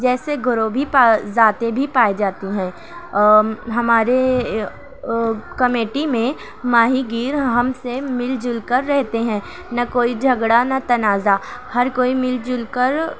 جیسے گھروہ بھی پا ذاتیں بھی پائی جاتی ہیں ہمارے کمیٹی میں ماہی گیر ہم سے مل جل کر رہتے ہیں نہ کوئی جھگڑا نہ تنازعہ ہر کوئی مل جل کر